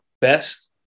best